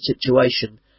situation